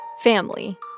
Family